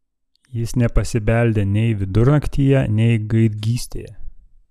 jis nepasibeldė nei vidurnaktyje nei gaidgystėje